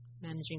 managing